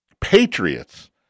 Patriots